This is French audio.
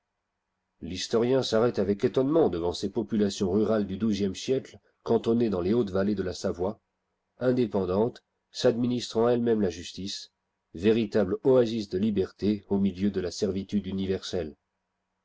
l'historien s'arrête avec étonnement devant ces populations rurales du xii siècle cantonnées dans les hautes vallées de la savoie indépendantes s'adininistrant elles-mêmes la justice véritables oasis de liberté au milieu de la servitude universelle